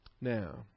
Now